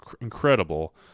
incredible